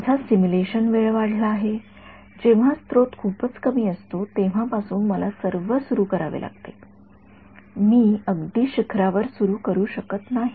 माझा सिम्युलेशन वेळ वाढला आहे जेव्हा स्रोत खूपच कमी असतो तेव्हापासून मला सर्व सुरु करावे लागते मी अगदी शिखरावर सुरु करू शकत नाही